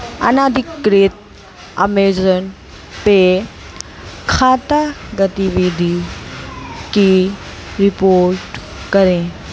अनाधिकृत Amazon Pay खाता गतिविधि की रिपोर्ट करें